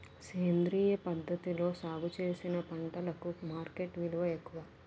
సేంద్రియ పద్ధతిలో సాగు చేసిన పంటలకు మార్కెట్ విలువ ఎక్కువ